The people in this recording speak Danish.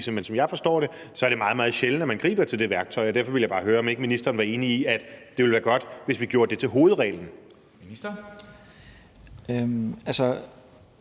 men som jeg forstår det, er det meget, meget sjældent, at man griber til det værktøj. Derfor vil jeg også bare høre, om ministeren ikke er enig i, at det ville være godt, hvis vi gjorde det til hovedreglen.